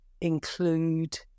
include